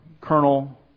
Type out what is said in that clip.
Colonel